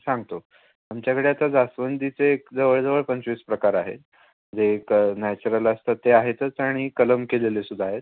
सांगतो आमच्याकडे आता जास्वंदीचे एक जवळजवळ पंचवीस प्रकार आहेत जे एक नॅचरल असतं ते आहेतच आणि कलम केलेले सुद्धा आहेत